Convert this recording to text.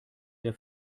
der